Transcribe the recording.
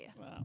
Wow